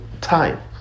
time